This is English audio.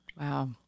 Wow